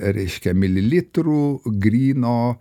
reiškia mililitrų gryno